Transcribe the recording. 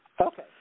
Okay